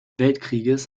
weltkrieges